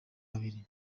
babiri